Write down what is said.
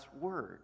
word